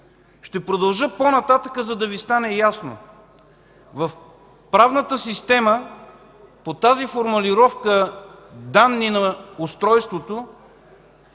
Ще продължа по-нататък, за да Ви стане ясно. В правната система по формулировката „данни на устройството”